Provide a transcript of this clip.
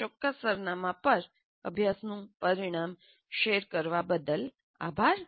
આ ચોક્કસ સરનામાં પર અભ્યાસનું પરિણામ શેર કરવા બદલ આભાર